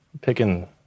Picking